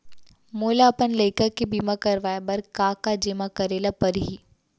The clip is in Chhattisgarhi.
मोला अपन लइका के बीमा करवाए बर का का जेमा करे ल परही?